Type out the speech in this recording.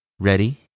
Ready